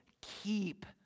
keep